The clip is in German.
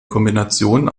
kombination